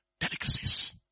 delicacies